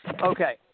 Okay